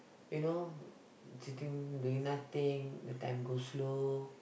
you know to do doing nothing the time go slow